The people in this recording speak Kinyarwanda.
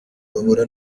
bahura